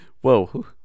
Whoa